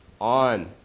on